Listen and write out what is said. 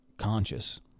Conscious